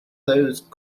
those